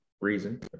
reason